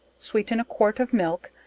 sweeten a quart of milk,